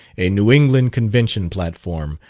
a new england convention platform,